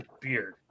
Beard